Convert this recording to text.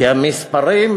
כי המספרים,